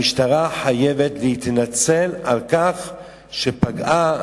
המשטרה חייבת להתנצל על כך שפגעה,